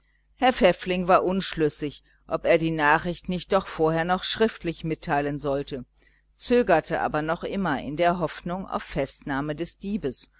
herr pfäffling war unschlüssig ob er die nachricht nicht doch vorher schriftlich mitteilen sollte zögerte aber noch immer in der hoffnung auf festnahme des diebes